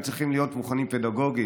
והם צריכים להיות מוכנים פדגוגית,